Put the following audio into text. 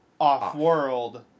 off-world